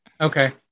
Okay